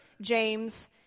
James